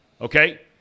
Okay